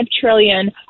trillion